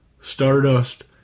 Stardust